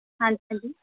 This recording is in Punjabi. ਹਾਂਜੀ ਹਾਂਜੀ